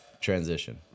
transition